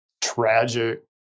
tragic